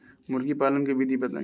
मुर्गी पालन के विधि बताई?